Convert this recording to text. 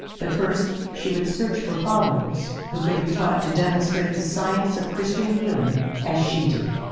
but first she would search for followers who could be taught to demonstrate the science of christian healing as she did.